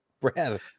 Brad